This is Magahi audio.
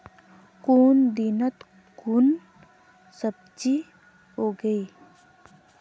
कुन दिनोत कुन सब्जी उगेई?